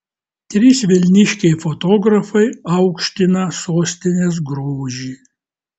trys vilniškiai fotografai aukština sostinės grožį